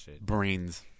Brains